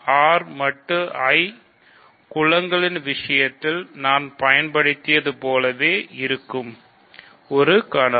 R மட்டு I குலங்களின் விஷயத்தில் நாம் பயன்படுத்தியது போலவே இருக்கும் ஒரு கணம்